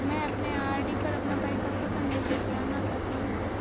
मैं अपने आर.डी पर अपना परिपक्वता निर्देश जानना चाहता हूं